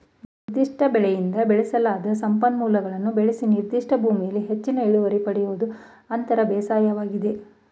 ನಿರ್ದಿಷ್ಟ ಬೆಳೆಯಿಂದ ಬಳಸಲಾಗದ ಸಂಪನ್ಮೂಲವನ್ನು ಬಳಸಿ ನಿರ್ದಿಷ್ಟ ಭೂಮಿಲಿ ಹೆಚ್ಚಿನ ಇಳುವರಿ ಪಡಿಯೋದು ಅಂತರ ಬೇಸಾಯವಾಗಿದೆ